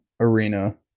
arena